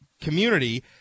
community